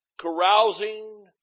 carousing